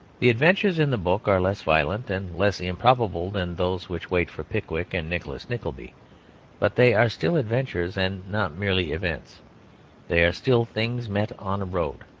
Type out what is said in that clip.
the adventures in the book are less violent and less improbable than those which wait for pickwick and nicholas nickleby but they are still adventures and not merely events they are still things met on a road.